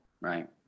right